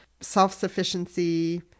self-sufficiency